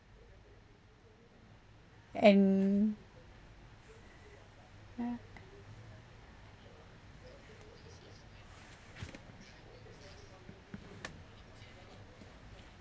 and uh